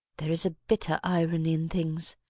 there is a bitter irony in things,